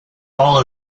all